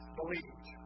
believed